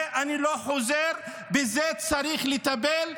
אני לא חוזר בי מזה, בזה צריך לטפל.